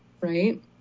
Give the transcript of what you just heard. right